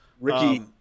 Ricky